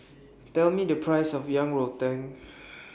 Tell Me The Price of Yang Rou Tang